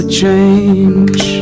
change